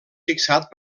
fixat